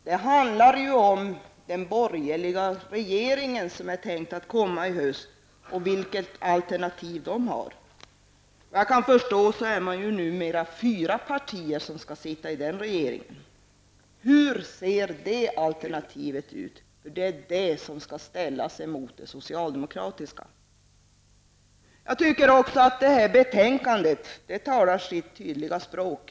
Det handlar om den borgerliga regering som är tänkt att komma i höst och vilket alternativ den har. Såvitt jag kan förstå är det numera fyra partier som skall sitta i den regeringen. Hur ser detta alternativ ut? Det är det alternativet som skall ställas mot det socialdemokratiska. Detta betänkande talar sitt tydliga språk.